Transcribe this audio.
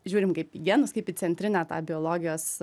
žiūrim kaip į genus kaip į centrinę tą biologijos